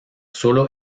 solo